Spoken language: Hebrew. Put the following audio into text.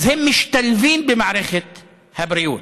אז הם משתלבים במערכת הבריאות.